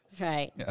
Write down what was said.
Right